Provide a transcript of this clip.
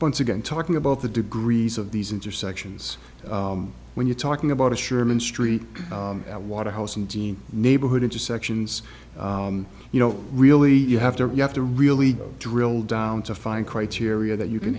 once again talking about the degrees of these intersections when you're talking about a sherman street waterhouse and dean neighborhood intersections you know really you have to you have to really drill down to find criteria that you can